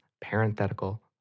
parenthetical